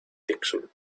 tixul